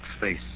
face